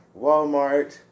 Walmart